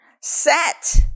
set